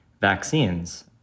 vaccines